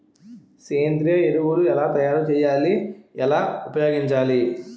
సేంద్రీయ ఎరువులు ఎలా తయారు చేయాలి? ఎలా ఉపయోగించాలీ?